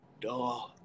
Duh